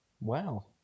wow